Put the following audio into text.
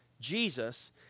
Jesus